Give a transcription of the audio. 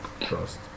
trust